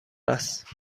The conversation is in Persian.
است